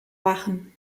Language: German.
wachen